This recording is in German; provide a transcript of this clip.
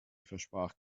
versprach